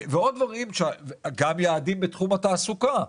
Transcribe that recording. יעדים בתחום התעסוקה,